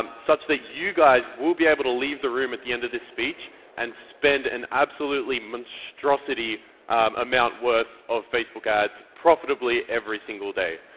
um such that you guys will be able to leave the room at the end of this speech and spend an absolutely monstrosity amount worth of facebook ads profitably every single day.